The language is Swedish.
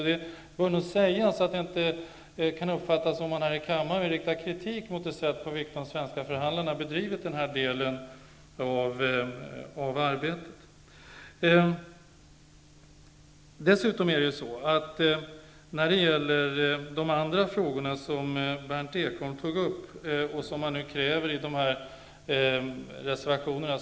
Det bör nog sägas så att det inte kan uppfattas som att vi här i kammaren riktar kritik mot det sätt på vilket de svenska förhandlarna har bedrivit sitt arbete i den här delen. Berndt Ekholm tog även upp andra frågor, och man har krav i reservationerna.